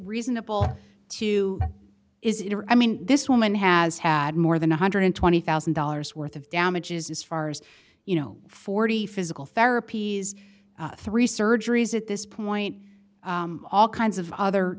reasonable to is it i mean this woman has had more than one hundred and twenty thousand dollars worth of damages as far as you know forty physical therapy these three surgeries at this point all kinds of other